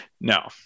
No